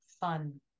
Fun